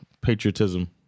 patriotism